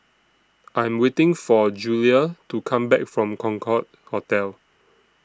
I Am waiting For Julia to Come Back from Concorde Hotel